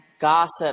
Gossip